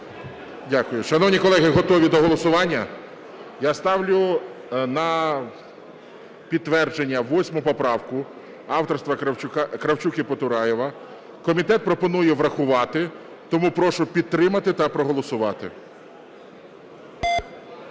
Дякую. Шановні колеги, готові до голосування? Я ставлю на підтвердження 8 поправку авторства Кравчук і Потураєва. Комітет пропонує врахувати. Тому прошу підтримати та проголосувати.